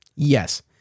Yes